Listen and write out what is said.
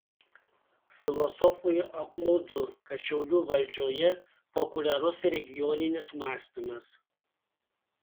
filosofui apmaudu kad šiaulių valdžioje populiarus regioninis mąstymas